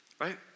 right